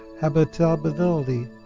habitability